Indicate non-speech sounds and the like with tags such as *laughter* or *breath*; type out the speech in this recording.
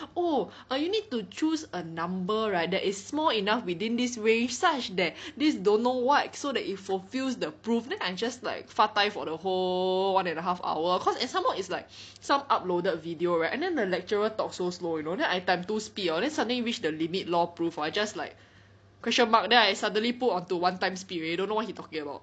oh err you need to choose a number right that is small enough within this range such that this don't know what so that it fulfils the proof then I'm just like 发呆 for the whole one and a half hour cause and some more is like *breath* some uploaded video right and then the lecturer talk so slow you know then I times two speed hor then suddenly reach the limit law proof hor then I just like question mark then I suddenly put onto one time speed already don't know what he talking about